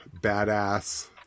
badass